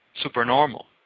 supernormal